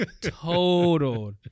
totaled